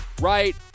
right